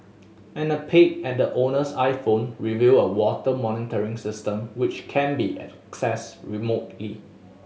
and a peek at the owner's iPhone reveal a water monitoring system which can be accessed remotely